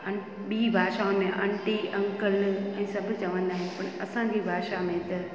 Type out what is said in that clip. अन ॿीं भाषाउनि में आंटी अंकल ई चवंदा आहिनि पर असांजी भाषा में त